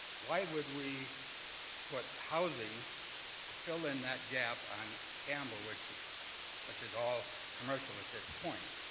why would we put housing to fill in that gap on campbell, which which is all commercial at this point.